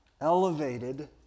elevated